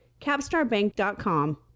Capstarbank.com